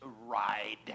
ride